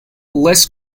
less